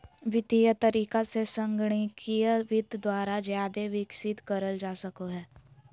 वित्तीय तरीका से संगणकीय वित्त द्वारा जादे विकसित करल जा सको हय